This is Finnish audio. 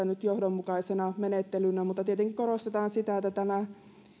nyt alkuvaiheessa johdonmukaisena menettelynä mutta tietenkin korostetaan sitä että tämä